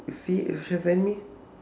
see me